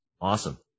Awesome